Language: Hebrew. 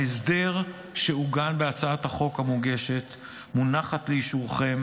ההסדר שעוגן בהצעת החוק המוגשת ומונחת לאישורכם